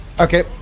Okay